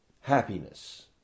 happiness